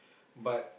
but